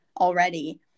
already